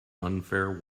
unfair